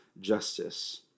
justice